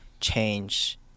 change